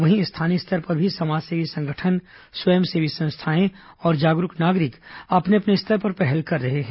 वहीं स्थानीय स्तर पर भी समाजसेवी संगठन स्वयंसेवी संस्थाएं और जागरूक नागरिक अपने अपने स्तर पर पहल कर रहे हैं